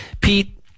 Pete